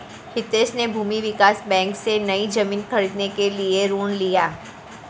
हितेश ने भूमि विकास बैंक से, नई जमीन खरीदने के लिए ऋण लिया